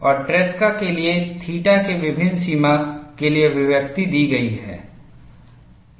और ट्रेसका के लिए थीटा के विभिन्न सीमा के लिए अभिव्यक्ति दी गई है